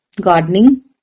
gardening